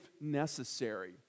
necessary